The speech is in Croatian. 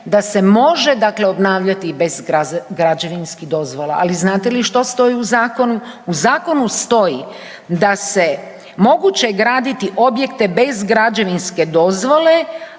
da se može dakle obnavljati i bez građevinskih dozvola, ali znate li što stoji u zakonu? U zakonu stoji da se moguće graditi objekte bez građevinske dozvole